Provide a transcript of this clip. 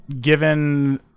given